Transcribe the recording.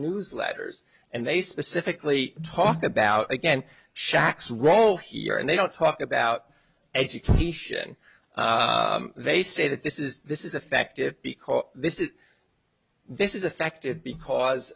newsletters and they specifically talk about again shaq's role here and they don't talk about education they say that this is this is affective because this is this is affected because